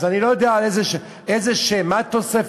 אז אני לא יודע איזה שם, מה התוספת.